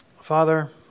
Father